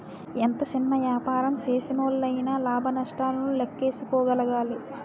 ఎంత సిన్న యాపారం సేసినోల్లయినా లాభ నష్టాలను లేక్కేసుకోగలగాలి